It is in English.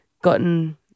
gotten